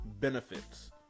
benefits